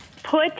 put